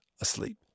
asleep